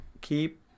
keep